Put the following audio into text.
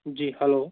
जी hello